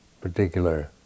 particular